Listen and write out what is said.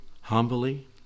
humbly